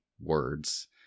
Words